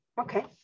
Okay